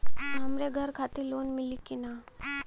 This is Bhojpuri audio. हमरे घर खातिर लोन मिली की ना?